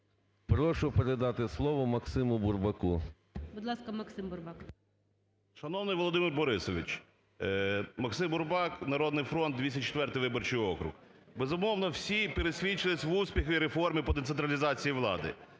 Прошу передати слово Максиму Бурбаку. ГОЛОВУЮЧИЙ. Будь ласка, Максим Бурбак. 11:02:06 БУРБАК М.Ю. Шановний Володимир Борисович! Максим Бурбак, "Народний фронт", 204 виборчий округ. Безумовно, всі пересвідчились в успіхах реформи по децентралізації влади